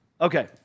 Okay